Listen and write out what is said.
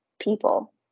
people